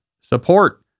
support